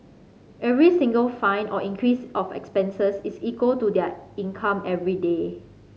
every single fine or increase of expenses is equal to their income everyday